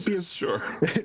Sure